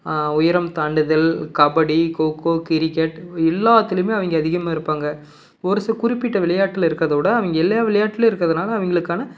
உயரம் தாண்டுதல் கபடி கொக்கோ கிரிக்கெட் எல்லாத்துலேயுமே அவங்க அதிகமாக இருப்பாங்க ஒரு சில குறிப்பிட்ட விளையாட்டில் இருக்கிறத விட அவங்க எல்லா விளையாட்டுலேயும் இருக்கிறதுனால அவங்களுக்குகான